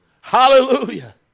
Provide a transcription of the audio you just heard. Hallelujah